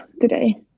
today